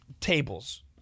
tables